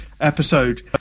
episode